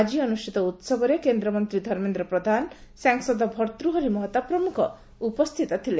ଆଜି ଅନୁଷ୍ଠିତ ଉତ୍ସବରେ କେନ୍ଦ୍ରମନ୍ତ୍ରୀ ଧର୍ମେନ୍ଦ୍ର ପ୍ରଧାନ ସାଂସଦ ଭର୍ଭୂହରି ମହତାବ ପ୍ରମୁଖ ଉପସ୍ଥିତ ଥିଲେ